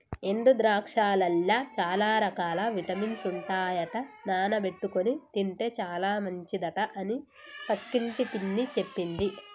ఎండు ద్రాక్షలల్ల చాల రకాల విటమిన్స్ ఉంటాయట నానబెట్టుకొని తింటే చాల మంచిదట అని పక్కింటి పిన్ని చెప్పింది